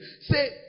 Say